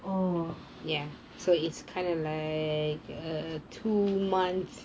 oh